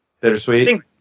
bittersweet